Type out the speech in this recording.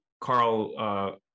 Carl